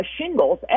shingles